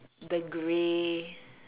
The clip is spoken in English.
the grey